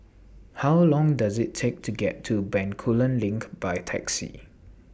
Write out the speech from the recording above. How Long Does IT Take to get to Bencoolen LINK By Taxi